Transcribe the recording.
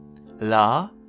La